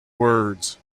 words